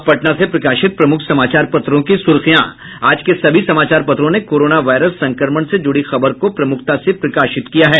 अब पटना से प्रकाशित प्रमुख समाचार पत्रों की सुर्खियां आज के सभी समाचार पत्रों ने कोरोना वायरस संक्रमण से जुड़ी खबर को प्रमुखता से प्रकाशित किया है